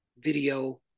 video